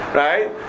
right